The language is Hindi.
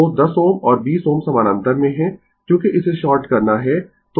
तो 10 Ω और 20 Ω समानांतर में है क्योंकि इसे शॉर्ट करना है